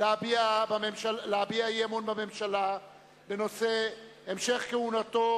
להביע אי-אמון בממשלה בנושא המשך כהונתו